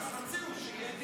אז תציעו שיהיה